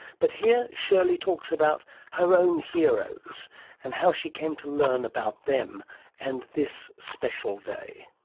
but here shirley talks about her own heroes and how she came to learn about them and this special day.